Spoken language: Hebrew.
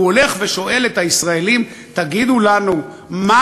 הוא הולך ושואל את הישראלים: תגידו לנו מה